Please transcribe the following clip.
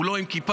הוא לא עם כיפה,